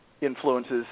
influences